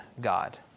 God